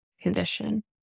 condition